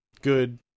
good